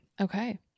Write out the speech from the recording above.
Okay